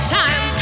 time